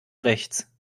rechts